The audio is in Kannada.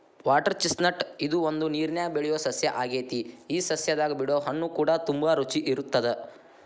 ವಾಟರ್ ಚಿಸ್ಟ್ನಟ್ ಇದು ಒಂದು ನೇರನ್ಯಾಗ ಬೆಳಿಯೊ ಸಸ್ಯ ಆಗೆತಿ ಈ ಸಸ್ಯದಾಗ ಬಿಡೊ ಹಣ್ಣುಕೂಡ ತುಂಬಾ ರುಚಿ ಇರತ್ತದ